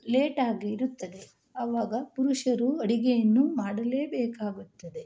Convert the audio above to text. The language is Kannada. ಲೇಟಾಗಿ ಇರುತ್ತದೆ ಆವಾಗ ಪುರುಷರು ಅಡಿಗೆಯನ್ನು ಮಾಡಲೇಬೇಕಾಗುತ್ತದೆ